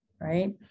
right